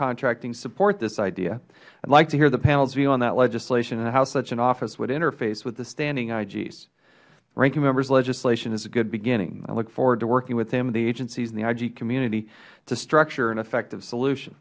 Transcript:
contracting support this idea i would like to hear the panels view on that legislation and how such an office would interface with the standing igs the ranking members legislation is a good beginning i look forward to working with him and the agencies and the ig community to structure an effective solution